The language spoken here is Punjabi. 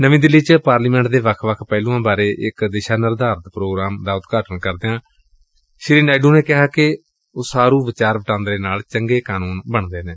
ਨਵੀਂ ਦਿੱਲੀ ਚ ਪਾਰਲੀਮੈਟ ਦੇ ਵੱਖ ਵੱਖ ਪਹਿਲੂਆਂ ਬਾਰੇ ਇਕ ਦਿਸ਼ਾ ਨਿਰਧਾਰਨ ਪ੍ਰੋਗਰਾਮ ਦਾ ਉਦਘਾਟਨ ਕਰਦਿਆਂ ਸ੍ਰੀ ਨਾਇਡੂ ਨੇ ਕਿਹਾ ਕਿ ਉਸਾਰੂ ਵਿਚਾਰ ਵਟਾਂਦਰੇ ਨਾਲ ਚੰਗੇ ਕਾਨੂੰਨ ਬਣਦੇ ਨੇ